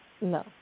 No